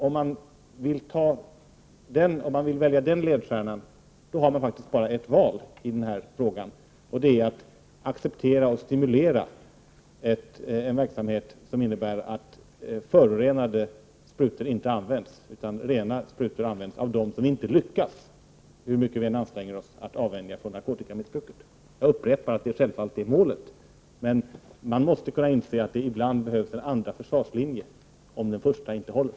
Om man vill välja den ledstjärnan, då har man faktiskt bara ett val i den här frågan, och det är att acceptera och stimulera en verksamhet som innebär att förorenade sprutor inte används utan att rena används av dem som vi inte lyckas, hur vi än anstränger oss, att avvänja från narkotikamissbruket. Jag upprepar att målet självfallet är att alla missbrukare skall avvänjas. Men man måste kunna inse att det ibland behövs en andra försvarslinje om den första inte håller.